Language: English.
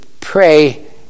pray